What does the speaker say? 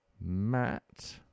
Matt